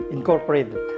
Incorporated